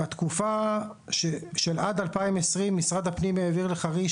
בתקופה של עד 2020 משרד הפנים העביר לחריש